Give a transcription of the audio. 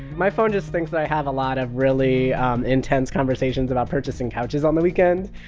my phone just thinks i have a lot of really intense conversations about purchasing couches on the weekends.